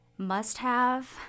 must-have